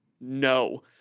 no